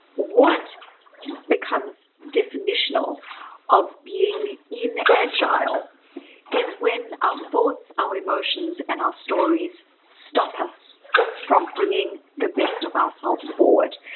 what becomes definitional of being inagile is when our thoughts, our emotions, and our stories stop us from bringing the best of ourselves forward.